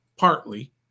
partly